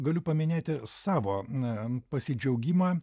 galiu paminėti savo na pasidžiaugimą